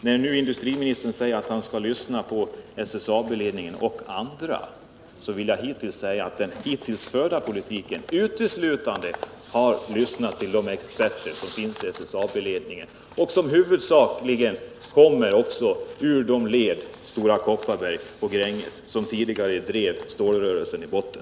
När nu industriministern säger att han skall lyssna på SSA B-ledningen och andra vill jag påpeka att man i den hittills förda politiken uteslutande har lyssnat till de experter som finns i SSAB-ledningen och som huvudsakligen kommer ur de led — stora Kopparberg och Gränges — som tidigare drev stålrörelsen i botten.